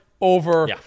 over